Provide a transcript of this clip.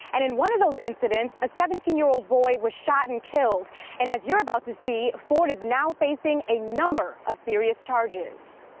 and in one of those accidents, a seventeen year old boy was shot and killed and as you're about to see, ford is now facing a number of serious charg.